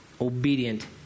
obedient